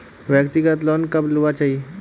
व्यक्तिगत लोन कब लुबार चही?